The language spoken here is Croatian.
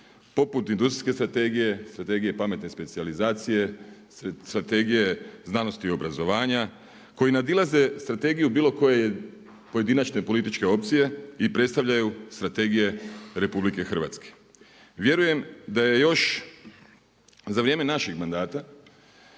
poput industrijske strategije, Strategije pametne specijalizacije, Strategije znanosti i obrazovanja koji nadilaze strategiju bilo koje pojedinačne političke opcije i predstavljaju strategije RH. Vjerujem da je još za vrijeme našeg mandata